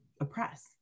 oppress